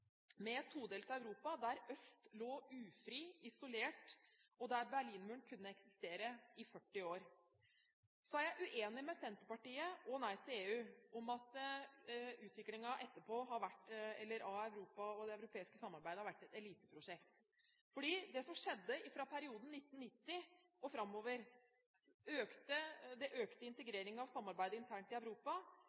med et todelt Europa, der øst lå ufritt og isolert, og der Berlinmuren kunne eksistere i 40 år. Jeg er uenig med Senterpartiet og Nei til EU om at utviklingen av Europa og det europeiske samarbeidet etterpå har vært et eliteprosjekt. Det som skjedde i perioden fra 1990 og framover, økte integreringen og samarbeidet internt i Europa,